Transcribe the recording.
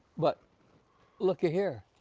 but lucky here,